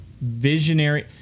visionary